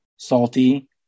Salty